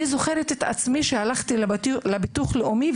אני זוכרת את עצמי כשהלכתי לביטוח הלאומי,